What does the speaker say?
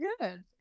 good